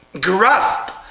grasp